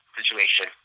situation